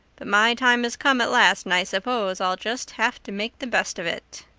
but my time has come at last and i suppose i'll just have to make the best of it.